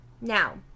Now